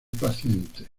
paciente